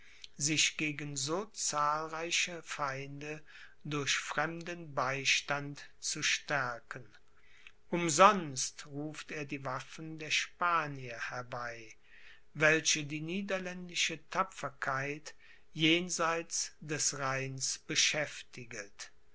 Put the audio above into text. sich gegen so zahlreiche feinde durch fremden beistand zu stärken umsonst ruft er die waffen der spanier herbei welche die niederländische tapferkeit jenseit des rheins beschäftiget